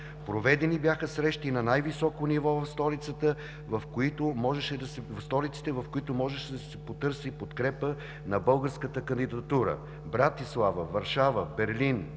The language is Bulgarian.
Проведени бяха срещи на най-високо ниво в столиците, в които можеше да се потърси подкрепа на българската кандидатура – Братислава, Варшава, Берлин,